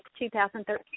2013